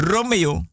Romeo